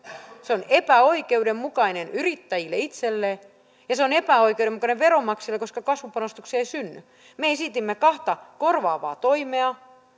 se on epäoikeudenmukainen yrittäjille itselleen ja se on epäoikeudenmukainen veronmaksajille koska kasvupanostuksia ei synny me esitimme kahta korvaavaa toimea